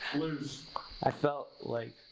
lose i felt like,